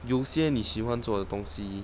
有些你喜欢做的东西